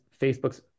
Facebook's